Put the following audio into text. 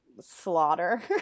slaughter